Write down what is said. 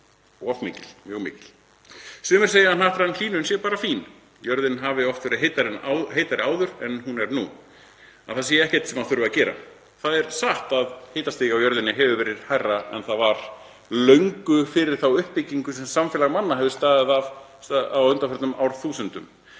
of mikil, mjög mikil. Sumir segja að hnattræn hlýnun sé bara fín. Jörðin hafi oft verið heitari áður en hún er nú, að það sé ekkert sem þurfi að gera. Það er satt að hitastig á jörðinni hefur verið hærra en það var löngu fyrir þá uppbyggingu sem samfélag manna hefur staðið að á undanförnum árþúsundum.